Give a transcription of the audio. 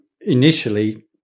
initially